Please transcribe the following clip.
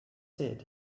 said